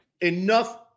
enough